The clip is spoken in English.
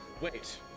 Wait